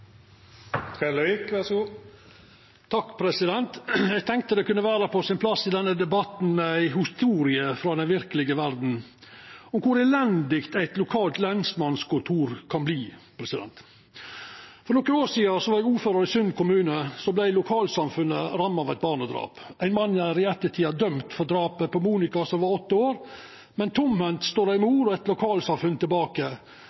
Eg tenkte det kunne vera på sin plass i denne debatten med ei historie frå den verkelega verda om kor elendig eit lokalt lensmannskontor kan verta. For nokre år sidan var eg ordførar i Sund kommune då lokalsamfunnet vart ramma av eit barnedrap. Ein mann er i ettertid dømt for drapet på Monika, som var åtte år, men ei mor og eit lokalsamfunn står